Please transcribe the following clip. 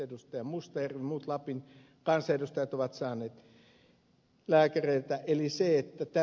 mustajärvi ja muut lapin kansanedustajat ovat saaneet lääkäreiltä